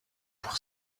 pour